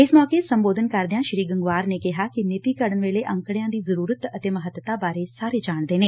ਇਸ ਮੌਕੇ ਸੰਬੋਧਨ ਕਰਦਿਆਂ ਸ੍ਰੀ ਗੰਗਵਾਰ ਨੇ ਕਿਹਾ ਕਿ ਨੀਤੀ ਘੜਣ ਵੇਲੇ ਅੰਕੜਿਆਂ ਦੀ ਜ਼ਰੁਰਤ ਅਤੇ ਮਹੱਤਤਾ ਬਾਰੇ ਸਾਰੇ ਜਾਣਦੇ ਨੇ